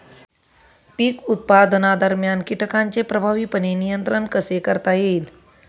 पीक उत्पादनादरम्यान कीटकांचे प्रभावीपणे नियंत्रण कसे करता येईल?